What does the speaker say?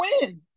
wins